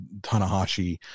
Tanahashi